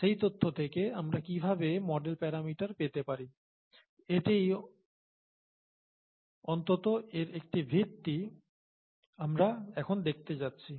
সেই তথ্য থেকে আমরা কিভাবে মডেল প্যারামিটার পেতে পারি এটিই অন্তত এর একটি ভিত্তি আমরা এখন দেখতে যাচ্ছি